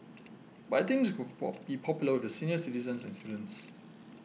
but I think this could fall be popular with the senior citizens and students